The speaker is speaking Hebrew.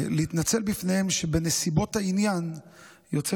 להתנצל בפניהם שבנסיבות העניין יוצא